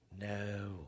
No